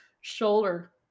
shoulder